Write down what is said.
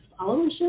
followership